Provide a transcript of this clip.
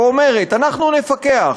ואומרת: אנחנו נפקח,